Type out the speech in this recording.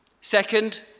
Second